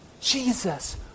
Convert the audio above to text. Jesus